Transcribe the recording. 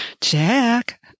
Jack